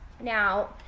Now